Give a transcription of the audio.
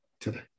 today